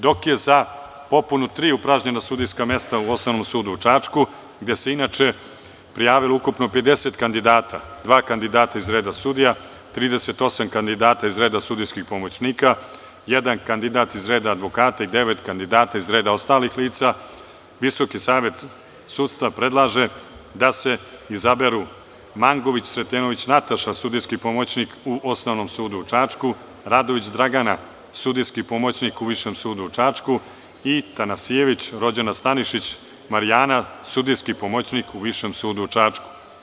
Dok je za popunu tri upražnjena sudijska mesta u Osnovnom sudu u Čačku gde se inače prijavilo 50 kandidata, dva kandidata iz reda sudija, 38 kandidata iz reda sudijskih pomoćnika, jedan kandidat iz reda advokata i devet kandidata iz reda ostalih lica, Visoki savet sudstva predlaže da se izaberu Mangović Sretenović Nataša, sudijski pomoćnik u Osnovnom sudu u Čačku, Radović Dragana, sudijski pomoćnik u Višem sudu u Čačku i Tanasijević rođena Stanišić Marijana, sudijski pomoćnik u Višem sudu u Čačku.